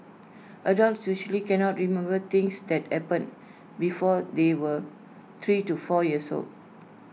adults usually cannot remember things that happened before they were three to four years old